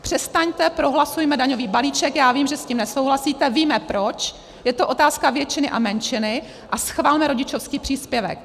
Přestaňte, prohlasujme daňový balíček, já vím, že s tím nesouhlasíte, víme proč, je to otázka většiny a menšiny, a schvalme rodičovský příspěvek.